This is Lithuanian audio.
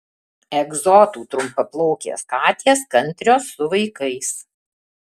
egzotų trumpaplaukės katės kantrios su vaikais